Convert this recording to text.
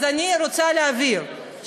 אז אני רוצה להבהיר,